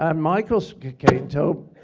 um michael caine.